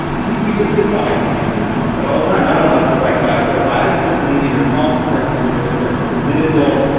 yeah we we took this bias is something everyone talks about all the time not a left or right bias but a bias towards believing your policy preferences are the correct political